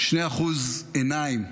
2% עיניים,